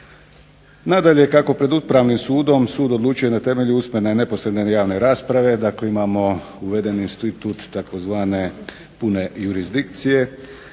Nadalje, kako pred upravnim sudom sud odlučuje na temelju usmene i neposredne realne rasprave. Dakle, imamo uveden institut tzv. Pune jurisdikcije.